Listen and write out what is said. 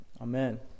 Amen